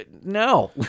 no